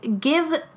give